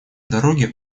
дороги